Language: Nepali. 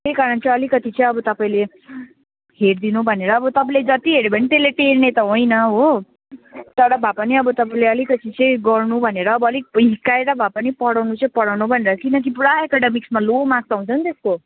त्यहीकारण चाहिँ अलिकति चाहिँ अब तपाईँले हेरिदिनु भनेर अब तपाईँले जति हेरे पनि त्यसले टेर्ने त होइन हो तर भए पनि अब तपाईँले अलिकति चाहिँ गर्नु भनेर अब अलिक हिर्काएर भए पनि पढाउनु चाहिँ पढाउनु भनेर किनकि पुरा एकाडेमिक्समा चाहिँ लो माक्स आउँछ त्यसको